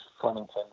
Flemington